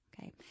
okay